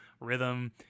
rhythm